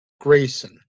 Grayson